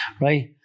Right